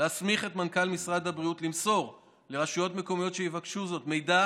להסמיך את מנכ"ל משרד הבריאות למסור לרשויות מקומיות שיבקשו זאת מידע